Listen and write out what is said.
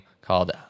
called